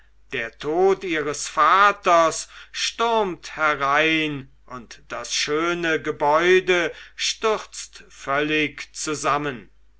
der tod ihres vaters stürmt herein und das schöne gebäude stürzt völlig zusammen